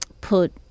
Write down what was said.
put